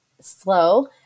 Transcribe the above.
slow